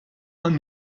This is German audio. man